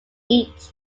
eat